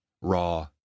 Raw